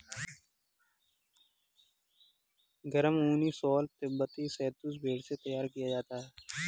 गर्म ऊनी शॉल तिब्बती शहतूश भेड़ से तैयार किया जाता है